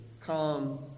come